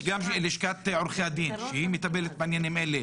יש גם לשכת עורכי הדין שהיא מטפלת בעניינים האלה,